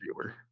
viewer